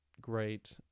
great